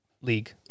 league